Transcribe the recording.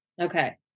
Okay